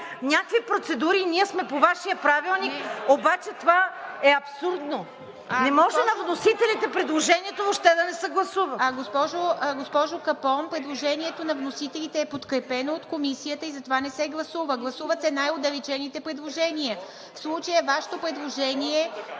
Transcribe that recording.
някакви процедури и ние сме по Вашия правилник, обаче това е абсурдно. Не може предложението на вносителите въобще да не се гласува. ПРЕДСЕДАТЕЛ ИВА МИТЕВА: Госпожо Капон, предложението на вносителите е подкрепено от Комисията и затова не се гласува. Гласуват се най-отдалечените предложения. В случая Вашето предложение